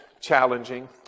challenging